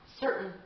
certain